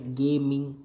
gaming